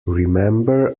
remember